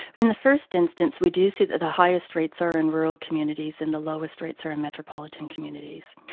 in the first instance we do see that the highest rates are in rural communities and the lowest rates are in metropolitan communities,